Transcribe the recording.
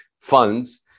funds